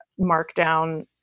markdown